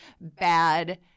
bad